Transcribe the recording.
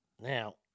Now